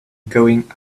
going